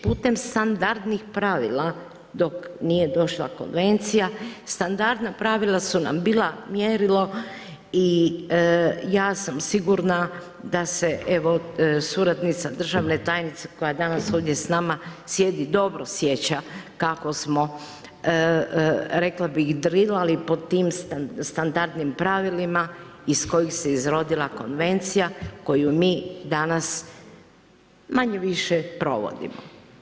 Putem standardnih pravila dok nije došla Konvencija, standardna pravila su nam bila mjerilo i ja sam sigurna da se evo suradnica državne tajnice koja danas ovdje s nama sjedi, dobro sjeća kako smo, rekla bi, drilali po tim standardnim pravilima iz kojih se izrodila Konvencija koju mi danas manje-više provodimo.